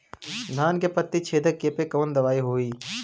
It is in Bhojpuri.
धान के पत्ती छेदक कियेपे कवन दवाई होई?